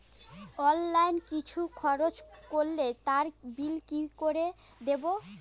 Online কিছু খরচ করলে তার বিল কি করে দেবো?